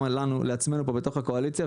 גם לעצמנו פה בתוך הקואליציה,